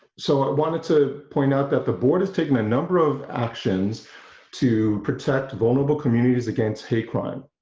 so wanted to point out that the board has taken a number of actions to protect vulnerable communities against hate crime